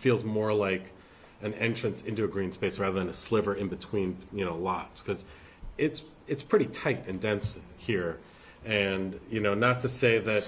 feels more like an entrance into a green space rather than a sliver in between you know a lot because it's it's pretty tight and dense here and you know not to say that